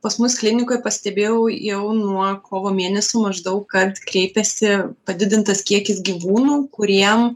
pas mus klinikoj pastebėjau jau nuo kovo mėnesį maždaug kad kreipėsi padidintas kiekis gyvūnų kuriem